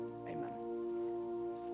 Amen